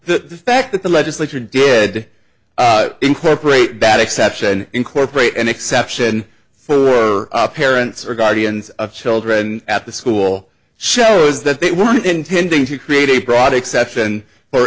the fact that the legislature did incorporate bad exception incorporate an exception for parents or guardians of children at the school shows that they were intending to create a broad exception for